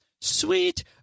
Sweet